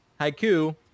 Haiku